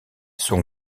son